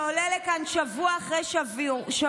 שעולה לכאן שבוע אחרי שבוע,